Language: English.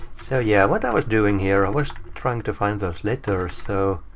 so yeah what i was doing here. i was trying to find those letters. so